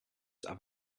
have